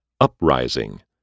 Uprising